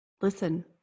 Listen